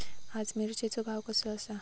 आज मिरचेचो भाव कसो आसा?